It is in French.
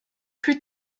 plus